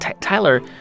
Tyler